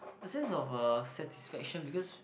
a sense of a satisfaction because